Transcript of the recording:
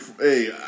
hey